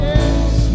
Yes